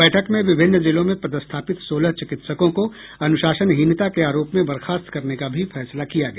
बैठक में विभिन्न जिलों में पदस्थापित सोलह चिकित्सकों को अनुशासनहीनता के आरोप में बर्खास्त करने का भी फैसला किया गया